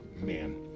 man